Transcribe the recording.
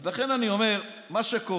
אז לכן אני אומר, מה שקורה,